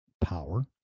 Power